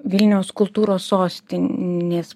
vilniaus kultūros sostinės